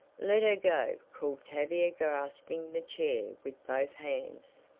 let her go, called tavia grasping the chair with both hands.